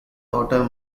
daughter